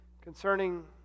concerning